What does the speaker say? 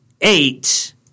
eight